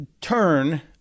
turn